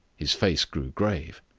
his face grew grave.